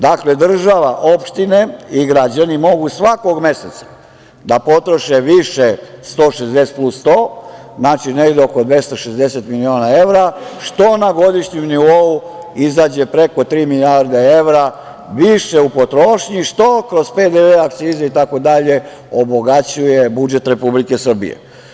Dakle, država, opštine i građani mogu svakog meseca da potroše više 160 plus 100, negde oko 260 miliona evra, što na godišnjem nivou izađe preko tri milijarde evra više u potrošnji, što kroz PDV, akcize itd. obogaćuje budžet Republike Srbije.